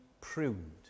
pruned